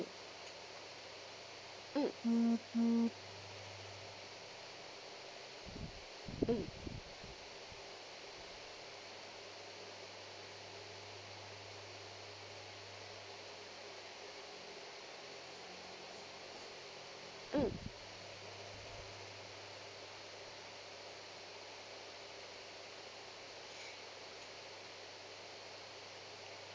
mm mm mm